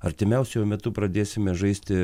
artimiausiu jau metu pradėsime žaisti